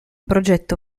progetto